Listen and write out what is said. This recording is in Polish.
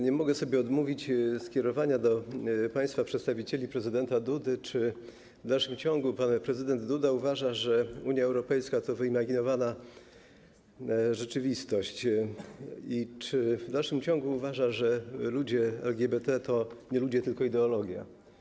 Nie mogę sobie odmówić skierowania do państwa przedstawicieli prezydenta Dudy pytania, czy w dalszym ciągu pan prezydent Duda uważa, że Unia Europejska to wyimaginowana rzeczywistość, i czy w dalszym ciągu uważa, że ludzie LGBT to nie ludzie, tylko ideologia.